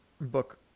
book